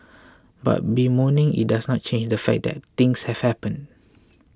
but bemoaning it doesn't change the fact that things have happened